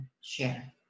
share